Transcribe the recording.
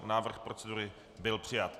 Návrh procedury byl přijat.